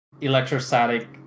electrostatic